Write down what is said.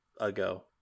ago